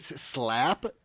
slap